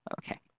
Okay